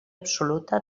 absoluta